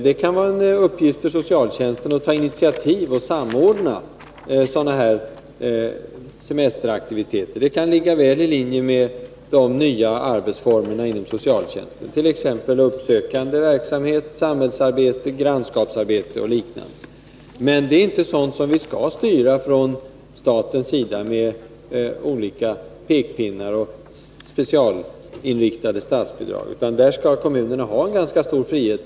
Det kan vara en uppgift för socialtjänsten att ta initiativ till och samordna sådana här semesteraktiviteter. Det kan ligga välilinje med de nya arbetsformerna inom socialtjänsten, uppsökande verksamhet, samhällsarbete, grannskapsarbete och liknande. Men det är inte sådant som vi skall styra från statens sida med olika pekpinnar och specialinriktade statsbidrag, utan där skall kommunerna ha en ganska stor frihet.